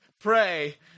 Pray